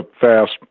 fast